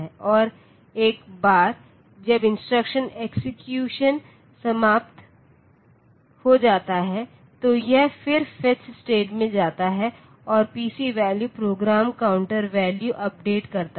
और एक बार जब इंस्ट्रक्शन एक्सेक्यूशन समाप्त हो जाता है तो यह फिर फेच स्टेज में जाता है और PC value program counter value update करता है